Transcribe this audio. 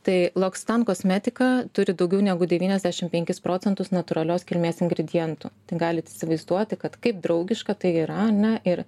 tai loccitane kosmetika turi daugiau negu devyniasdešimt penkis procentus natūralios kilmės ingredientų tai galit įsivaizduoti kad kaip draugiška tai yra ar ne ir